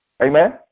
Amen